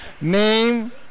Name